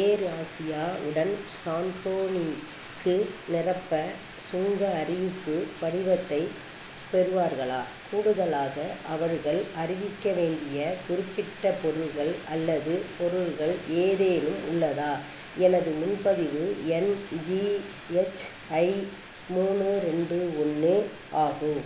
ஏர் Asia உடன் சாண்டோனிக்கு நிரப்ப சுங்க அறிவிப்பு படிவத்தை பெறுவார்களா கூடுதலாக அவர்கள் அறிவிக்க வேண்டிய குறிப்பிட்ட பொருட்கள் அல்லது பொருட்கள் ஏதேனும் உள்ளதா எனது முன்பதிவு எண் ஜிஎச்ஐ மூணு ரெண்டு ஒன்று ஆகும்